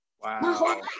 wow